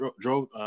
drove